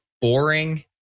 boring